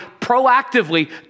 proactively